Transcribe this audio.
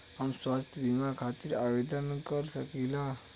हम स्वास्थ्य बीमा खातिर आवेदन कर सकीला?